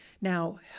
now